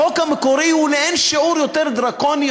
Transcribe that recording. החוק המקורי הוא לאין-שיעור יותר דרקוני,